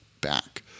back